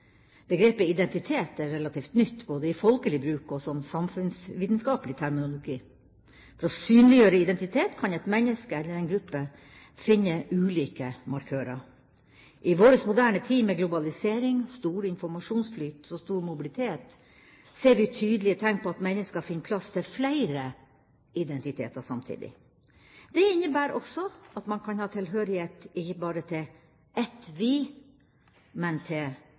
Begrepet identitet er relativt nytt, både i folkelig bruk og som samfunnsvitenskapelig terminologi. For å synliggjøre identitet kan et menneske eller en gruppe finne ulike markører. I vår moderne tid med globalisering, stor informasjonsflyt og stor mobilitet ser vi tydelige tegn på at mennesker finner plass til flere identiteter samtidig. Det innebærer også at man kan ha tilhørighet ikke bare til ett «vi», men til